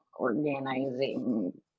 organizing